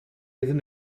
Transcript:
iddyn